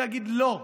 ויגיד: לא,